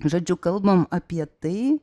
žodžiu kalbam apie tai